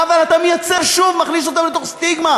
אבל אתה מייצר שוב, מכניס אותם לתוך סטיגמה: